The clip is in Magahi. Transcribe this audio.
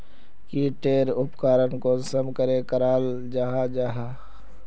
की टेर उपकरण कुंसम करे कराल जाहा जाहा?